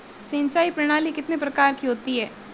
सिंचाई प्रणाली कितने प्रकार की होती है?